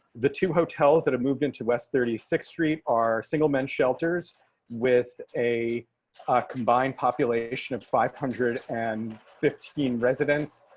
the two hotels that have moved into west thirty six street are single men shelters with a combined population of five hundred and fifteen residents.